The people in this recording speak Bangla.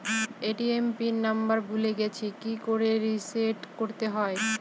এ.টি.এম পিন নাম্বার ভুলে গেছি কি করে রিসেট করতে হয়?